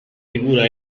figura